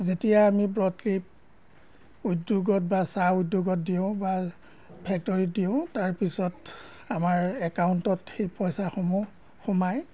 যেতিয়া আমি ব্ৰডইপ উদ্যোগত বা চাহ উদ্যোগত দিওঁ বা ফেক্টৰীত দিওঁ তাৰপিছত আমাৰ একাউণ্টত সেই পইচাসমূহ সোমায়